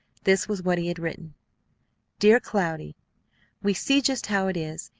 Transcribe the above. this was what he had written dear cloudy we see just how it is,